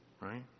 Right